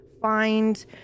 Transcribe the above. find